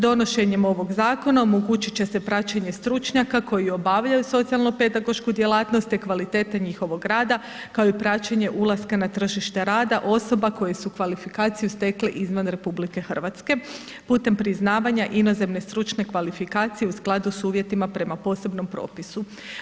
Donošenjem ovog zakona o omogućiti će se praćenje stručnjaka koji obavljaju socijalnopedagošku djelatnost te kvalitete njihovog rada kao i praćenje ulaska na tržište rada osoba koje su kvalifikaciju stekle izvan RH putem priznavanja inozemne stručne kvalifikacije u skladu sa uvjetima prema posebnom propisu.